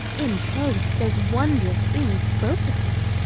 in troth, there's wondrous things spoke of him.